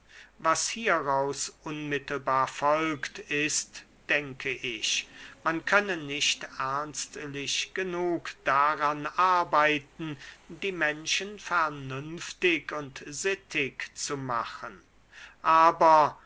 was hieraus unmittelbar folgt ist denke ich man könne nicht ernstlich genug daran arbeiten die menschen vernünftig und sittig zu machen aber